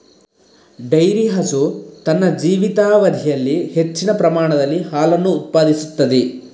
dairy ಹಸು ತನ್ನ ಜೀವಿತಾವಧಿಯಲ್ಲಿ ಹೆಚ್ಚಿನ ಪ್ರಮಾಣದಲ್ಲಿ ಹಾಲನ್ನು ಉತ್ಪಾದಿಸುತ್ತದೆ